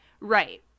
right